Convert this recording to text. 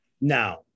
now